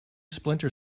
splinter